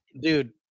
dude